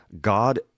God